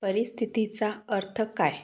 परिस्थितीचा अर्थ काय